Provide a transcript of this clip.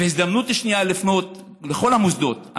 והזדמנות שנייה לפנות לכל המוסדות.